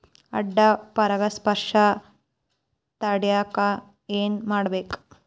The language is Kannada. ಅಡ್ಡ ಪರಾಗಸ್ಪರ್ಶ ತಡ್ಯಾಕ ಏನ್ ಮಾಡ್ಬೇಕ್?